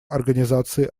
организации